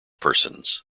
persons